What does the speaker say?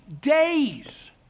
days